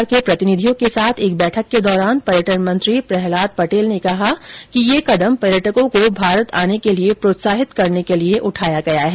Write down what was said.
पर्यटन पर राज्य सरकार के प्रतिनिधियों के साथ एक बैठक के दौरान पर्यटन मंत्री प्रहलाद पटेल ने कहा कि यह कदम पर्यटकों को भारत आने के लिए प्रोत्साहित करने के लिए उठाया गया है